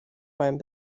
beim